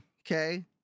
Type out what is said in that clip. okay